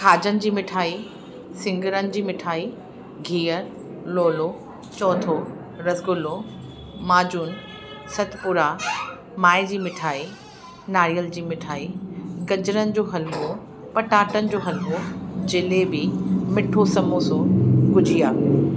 खाजनि जी मिठाई सिङरनि जी मिठाई घीअर लोलो चौथो रसगुल्लो माजून सतपुड़ा माए जी मिठाई नारियल जी मिठाई गजरनि जो हलवो पटाटनि जो हलवो जलेबी मीठो समोसो गुजिया